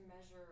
Measure